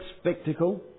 spectacle